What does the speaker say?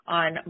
on